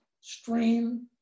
stream